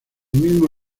mismo